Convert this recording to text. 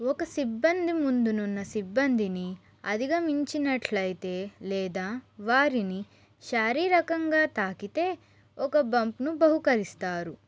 ఒక సిబ్బంది ముందునున్న సిబ్బందిని అధిగమించినట్లయితే లేదా వారిని శారీరకంగా తాకితే ఒక బంప్ను బహుకరిస్తారు